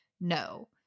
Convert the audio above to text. no